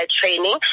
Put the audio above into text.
training